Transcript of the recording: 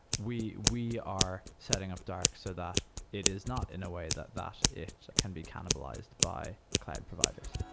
we we are setting up dark so that it is not in a way that that it can be cannibalized by cloud providers